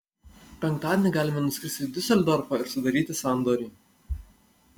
penktadienį galime nuskristi į diuseldorfą ir sudaryti sandorį